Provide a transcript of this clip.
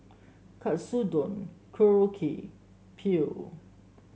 Katsudon Korokke Pho